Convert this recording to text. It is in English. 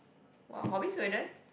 !wow! hobbies we are done